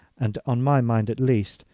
and, on my mind at least,